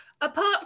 apart